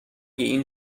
این